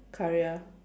Khairiyah